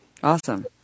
awesome